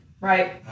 Right